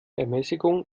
ermäßigung